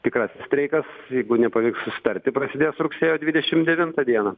tikrasis streikas jeigu nepavyks susitarti prasidės rugsėjo dvidešim devintą dieną